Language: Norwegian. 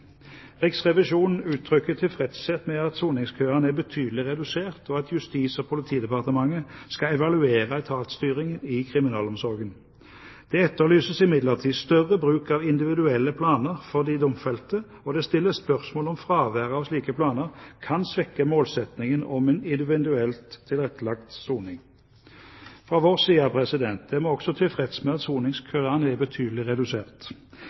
Riksrevisjonen uttrykker tilfredshet med at soningskøene er betydelig redusert, og at Justis- og politidepartementet skal evaluere etatsstyringen i kriminalomsorgen. Det etterlyses imidlertid større bruk av individuelle planer for de domfelte, og det stilles spørsmål om fraværet av slike planer kan svekke målsettingen om en individuelt tilrettelagt soning. Fra vår side er vi også tilfreds med at soningskøene er betydelig redusert.